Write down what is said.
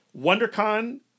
WonderCon